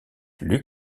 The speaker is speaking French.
lux